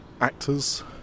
actors